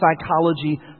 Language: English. psychology